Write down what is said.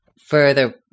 further